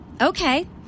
Okay